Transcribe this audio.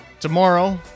tomorrow